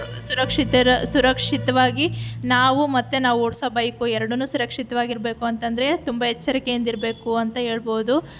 ಸುರಕ್ಷಿತ ಸುರಕ್ಷಿತವಾಗಿ ನಾವು ಮತ್ತೆ ನಾವು ಓಡಿಸೋ ಬೈಕು ಎರಡನ್ನೂ ಸುರಕ್ಷಿತವಾಗಿರ್ಬೇಕು ಅಂತಂದರೆ ತುಂಬ ಎಚ್ಚರಿಕೆಯಿಂದಿರಬೇಕು ಅಂತ ಹೇಳ್ಬೋದು